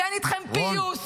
ואין איתכם פיוס,